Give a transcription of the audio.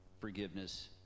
forgiveness